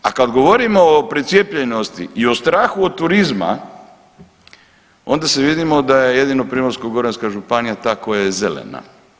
A kad govorimo o procijepljenosti i o strahu od turizma onda se vidi da je jedino Primorsko-goranska županija ta koja je zelena.